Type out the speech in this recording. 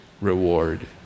reward